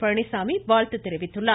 பழனிசாமி வாழ்த்து தெரிவித்துள்ளார்